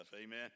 Amen